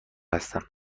هستم